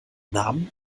namen